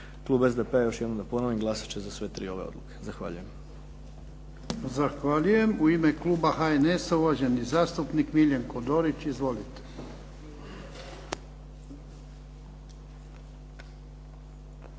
Klub SDP-a još jednom da ponovim, glasat će za sve tri ove odluke. Zahvaljujem. **Jarnjak, Ivan (HDZ)** Zahvaljujem. U ime kluba HNS-a uvaženi zastupnik Miljenko Dorić. Izvolite.